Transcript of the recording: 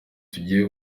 tugiye